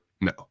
No